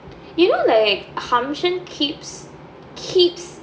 you know like keeps keeps